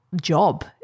job